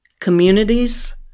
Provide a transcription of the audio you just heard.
communities